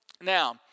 Now